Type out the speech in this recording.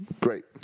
Great